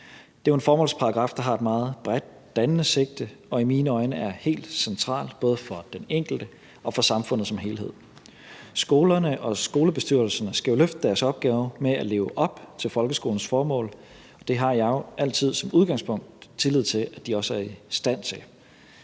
Det er jo en formålsparagraf, der har et meget bredt dannende sigte, og det er i mine øjne helt centralt, både for den enkelte og for samfundet som helhed. Skolerne og skolebestyrelserne skal løfte deres opgaver med at leve op til folkeskolens formål. Det har jeg jo altid som udgangspunkt tillid til at de også er i stand til.